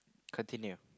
continue